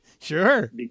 Sure